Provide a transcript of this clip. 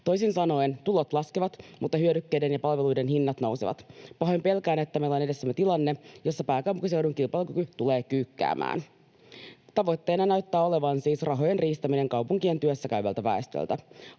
Toisin sanoen tulot laskevat, mutta hyödykkeiden ja palveluiden hinnat nousevat. Pahoin pelkään, että meillä on edessämme tilanne, jossa pääkaupunkiseudun kilpailukyky tulee kyykkäämään. Tavoitteena näyttää siis olevan rahojen riistäminen kaupunkien työssäkäyvältä väestöltä.